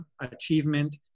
achievement